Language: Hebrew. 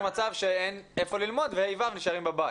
מצב שאין איפה ללמוד ו-ה' ו' נשארים בבית.